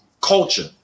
culture